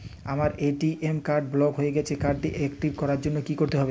আমার ATM card block হয়ে গেছে কার্ড টি একটিভ করার জন্যে কি করতে হবে?